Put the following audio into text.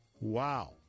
wow